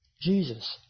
Jesus